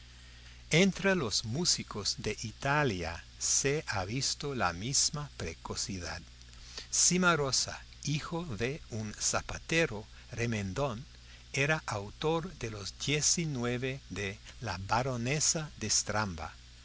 años entre los músicos de italia se ha visto la misma precocidad cimarosa hijo de un zapatero remendón era autor a los diecinueve de la baronesa